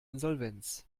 insolvenz